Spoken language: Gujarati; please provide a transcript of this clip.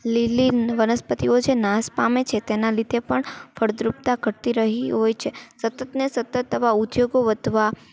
લીલી વનસ્પતિઓ છે નાશ પામે છે તેનાં લીધે પણ ફળદ્રુપતા ઘટતી રહી હોય છે સતત ને સતત આવાં ઉદ્યોગો વધવા